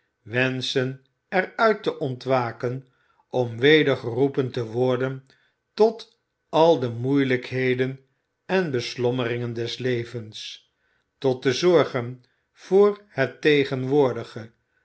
wenschen er uit te ontwaken om weder geroepen te worden tot al de moeilijkheden en beslommeringen des levens tot de zorgen voor het tegenwoordige